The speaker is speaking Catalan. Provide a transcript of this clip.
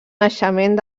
naixement